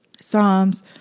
Psalms